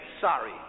sorry